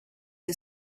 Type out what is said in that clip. who